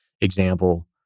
example